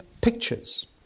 pictures